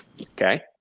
Okay